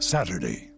Saturday